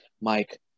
Mike